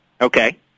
Okay